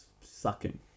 sucking